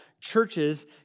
churches